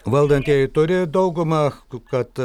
valdantieji turi daugumą kad